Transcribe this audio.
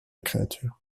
créature